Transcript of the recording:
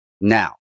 Now